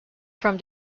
from